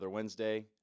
Wednesday